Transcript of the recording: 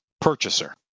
purchaser